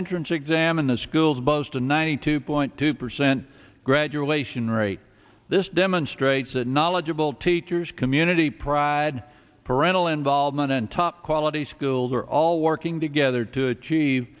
entrance exam in the school's busta ninety two point two percent graduation rate this demonstrates that knowledgeable teachers community pride parental involvement and top quality schools are all working together to achieve